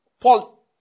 Paul